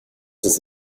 does